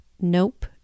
Nope